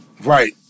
right